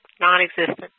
non-existent